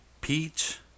peach